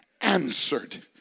answered